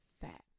fat